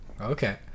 okay